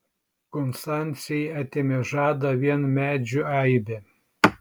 konstancijai atėmė žadą vien medžių aibė